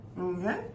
okay